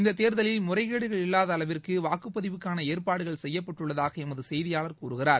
இந்த தேர்தலில் முறைகேடுகள் இல்லாத அளவிற்கு வாக்குப்பதிவுக்கான ஏற்பாடுகள் செய்யப்பட்டுள்ளதாக எமது செய்தியாளர் கூறுகிறார்